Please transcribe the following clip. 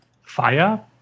fire